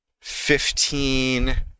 fifteen